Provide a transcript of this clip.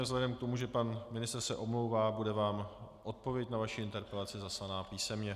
Vzhledem k tomu, že pan ministr se omlouvá, bude vám odpověď na vaši interpelaci zaslaná písemně.